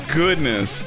goodness